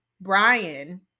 Brian